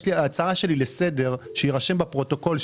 יש לי הצעה לסדר, שיירשם בפרוטוקול.